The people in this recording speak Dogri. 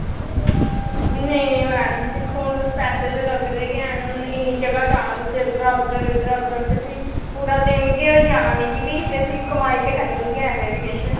नेईं नेईं मैडम जी दिक्खो हून तुस पैसे ते लगदे गै न हून इन्नी जगह् जाना तुसें उद्धरा उद्धर इद्धरा उद्धर ते फ्ही पूरा दिन गै होई जाना मिगी बी ते फ्ही कमाई ते करनी गै में बी किश